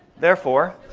therefore,